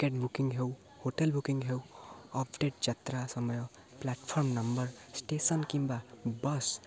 ticket booking ହେଉ hotel booking ହେଉ update ଯାତ୍ରା ସମୟ ପ୍ଲାଟଫର୍ମ ନମ୍ବର ଷ୍ଟେସନ୍ କିମ୍ବା ବସ୍